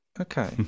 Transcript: Okay